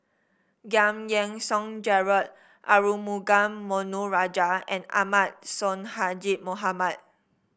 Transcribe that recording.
Giam Yean Song Gerald Arumugam Ponnu Rajah and Ahmad Sonhadji Mohamad